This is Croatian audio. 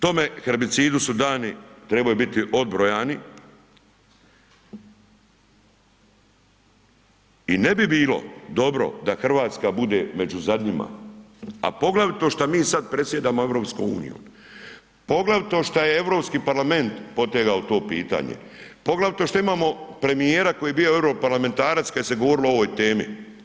Tome herbicidu su dani, trebaju biti odbrojani i ne bi bilo dobro da RH bude među zadnjima, a poglavito šta mi sad predsjedamo EU, poglavito šta je Europski parlament potegao to pitanje, poglavito što imamo premijera koji je bio europarlamentarac kad se je govorilo o ovoj temi.